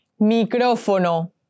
Micrófono